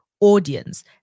audience